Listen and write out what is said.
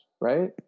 right